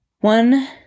one